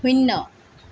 শূন্য